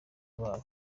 babo